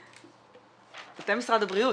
לאלכוהול שהוא בהחלט אחד --- אתם משרד הבריאות,